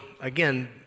again